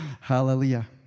Hallelujah